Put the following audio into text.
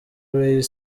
ray